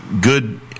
good